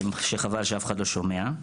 שחבל שאף אחד לא שומע,